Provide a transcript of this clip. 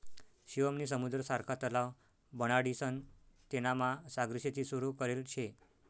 शिवम नी समुद्र सारखा तलाव बनाडीसन तेनामा सागरी शेती सुरू करेल शे